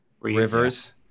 Rivers